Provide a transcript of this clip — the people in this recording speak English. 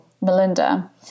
Melinda